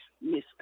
Miss